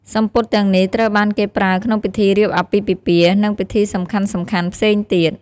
សំពត់ទាំងនេះត្រូវបានគេប្រើក្នុងពិធីរៀបអាពាហ៍ពិពាហ៍ និង ពិធីសំខាន់ៗផ្សេងទៀត។